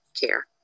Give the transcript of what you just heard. care